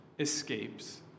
escapes